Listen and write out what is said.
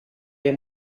dei